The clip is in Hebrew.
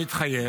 חבר הכנסת קריב,